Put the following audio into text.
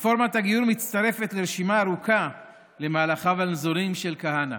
רפורמת הגיור מצטרפת לרשימה ארוכה של מהלכיו הנזורים של כהנא.